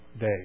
day